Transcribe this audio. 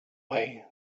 way